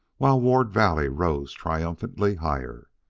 while ward valley rose triumphantly higher.